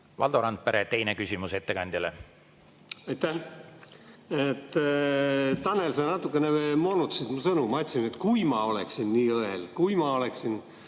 Valdo Randpere, teine küsimus ettekandjale. Aitäh! Tanel, sa natukene moonutasid mu sõnu. Ma ütlesin, et kui ma oleksin nii õel, kui ma oleksin